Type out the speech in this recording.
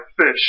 fish